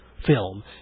Film